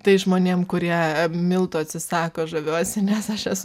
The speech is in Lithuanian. tai žmonėm kurie miltų atsisako žaviuosi nes aš esu